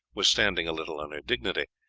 was standing a little on her dignity.